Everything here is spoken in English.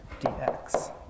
dx